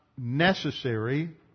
Necessary